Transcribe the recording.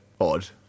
odd